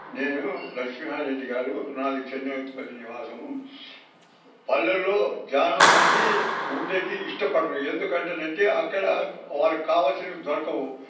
నేను లక్ష్మీనారాయణ రెడ్డి గారు నాది చెన్నై ఉత్తపల్లి నివాసము పల్లెల్లో చాలా మంది ఉండేకి ఇష్టపడరు ఎందుకంటే అక్కడ వాళ్లకి కావాల్సినవి దొరకవు